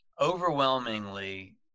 overwhelmingly